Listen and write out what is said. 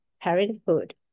Parenthood